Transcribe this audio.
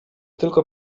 tylko